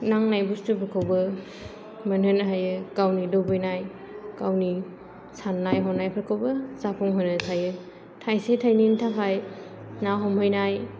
नांनाय बुस्थुफोरखौबो मोनहोनो हायो गावनि बे लुबैनाय गावनि सान्नाय हनायफोरखौबो जाफुंहोनो हायो थाइसे थाइनैनि थाखाय ना हमहैनाय